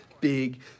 big